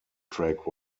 track